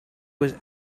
was